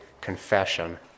confession